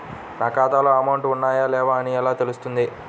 నా ఖాతాలో అమౌంట్ ఉన్నాయా లేవా అని ఎలా తెలుస్తుంది?